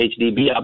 HDB